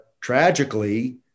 tragically